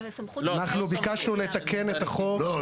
אנחנו ביקשנו לתקן את החוק --- לא,